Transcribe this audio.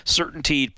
certainty